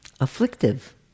afflictive